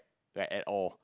like at all